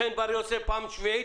תחנות תדלוק בגז,